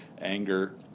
anger